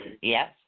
Yes